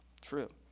True